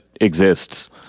exists